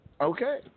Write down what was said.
Okay